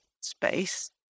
space